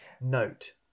note